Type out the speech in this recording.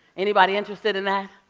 anybody interested in that?